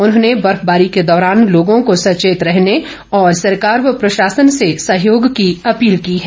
उन्होंने बर्फबारी के दौरान लोगों को सचेत रहने और सरकार व प्रशासन से सहयोग की अपील की है